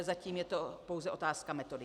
Zatím je to pouze otázka metodiky.